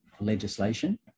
legislation